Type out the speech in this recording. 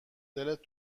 دلت